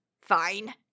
fine